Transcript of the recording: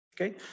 okay